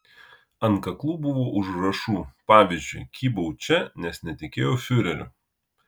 ant kaklų buvo užrašų pavyzdžiui kybau čia nes netikėjau fiureriu